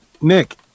Nick